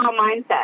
mindset